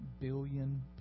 billion